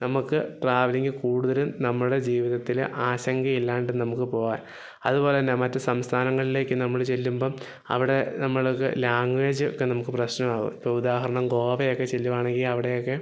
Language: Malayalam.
നമ്മക്ക് ട്രാവലിംഗ് കൂടുതലും നമ്മുടെ ജീവിതത്തില് ആശങ്ക ഇല്ലാണ്ട് നമുക്ക് പോവാൻ അതുപോലെ തന്നെ മറ്റ് സംസ്ഥാനങ്ങളിലേക്ക് നമ്മള് ചെല്ലുമ്പോള് അവിടെ നമ്മള്ക്ക് ലാംഗ്വേജ് ഒക്കെ നമുക്ക് പ്രശ്നം ആവും ഇപ്പോള് ഉദാഹരണം ഗോവയൊക്കെ ചെല്ലുവാണെങ്കില് അവിടെയൊക്കെ